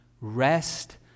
Rest